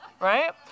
right